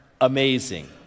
amazing